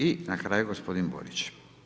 I na kraju gospodin Borić.